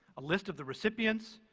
a list of the recipients,